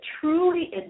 truly